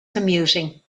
commuting